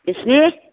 बेसे